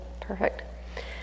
Perfect